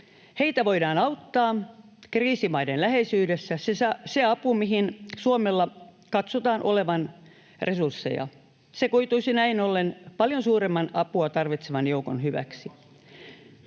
heitä voidaan auttaa kriisimaiden läheisyydessä. Se apu, mihin Suomella katsotaan olevan resursseja, koituisi näin ollen paljon suuremman apua tarvitsevan joukon hyväksi.